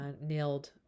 nailed